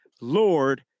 Lord